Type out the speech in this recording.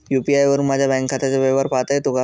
UPI वरुन माझ्या bank खात्याचा व्यवहार पाहता येतो का?